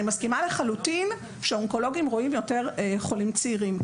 אבל אני מסכימה לחלוטין שאונקולוגים רואים יותר חולים צעירים.